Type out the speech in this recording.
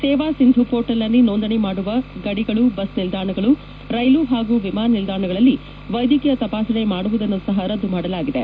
ಸೇವಾ ಸಿಂಧು ಮೋರ್ಟಲ್ನಲ್ಲಿ ನೋಂದಣಿ ಮಾಡುವ ಗಡಿಗಳು ಬಸ್ ನಿಲ್ದಾಣಗಳು ರೈಲು ಹಾಗೂ ವಿಮಾನ ನಿಲ್ದಾಣಗಳಲ್ಲಿ ವೈದ್ಯಕೀಯ ತಪಾಸಣೆ ಮಾಡುವುದನ್ನು ಸಹ ರದ್ದು ಮಾಡಲಾಗಿದೆ